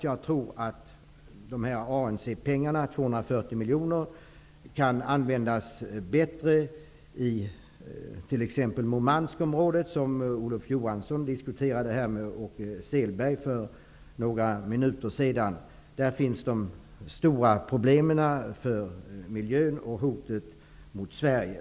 Jag tror vidare att ANC-pengarna, 240 miljoner kronor, kan användas bättre i t.ex. Murmanskområdet, som Olof Johansson diskuterade med Åke Selberg för några minuter sedan. Där finns de stora problemen för miljön och hotet mot Sverige.